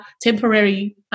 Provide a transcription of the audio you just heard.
temporary